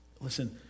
listen